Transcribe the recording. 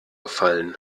gefallen